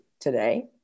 today